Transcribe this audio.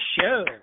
show